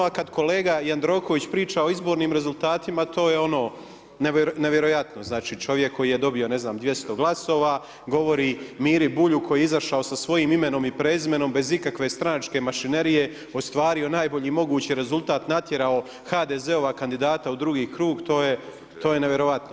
A kada kolega Jandroković priča o izbornim rezultatima, to je ono nevjerojatno, znači čovjek koji je dobio ne znam 200 glasova govori Miri Bulju koji je izašao sa svojim imenom i prezimenom bez ikakve stranačke mašinerije ostvario najbolji mogući rezultat, natjerao HDZ-ova kandidata u drugi krug, to je nevjerojatno.